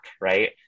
right